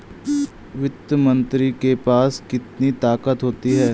वित्त मंत्री के पास कितनी ताकत होती है?